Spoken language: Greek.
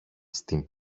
στην